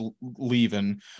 leaving